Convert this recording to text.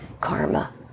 karma